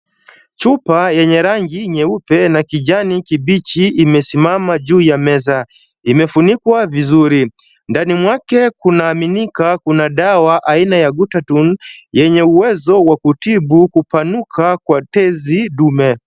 Chupa yenye rangi nyeupe na kijani kibichi imesimama juu ya meza. Imefunikwa vizuri. Ndani mwake kunaaminika kuna dawa aina ya Guttatum, yenye uwezo wa kutibu kupanuka kwa tezi dume.